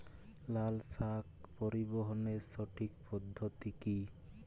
লালশাক পরিবহনের সঠিক পদ্ধতি কি?